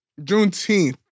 Juneteenth